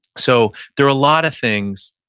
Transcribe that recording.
so there are a lot of things,